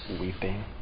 weeping